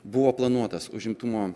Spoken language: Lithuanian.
buvo planuotas užimtumo